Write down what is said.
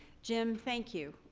jim, thank you.